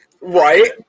Right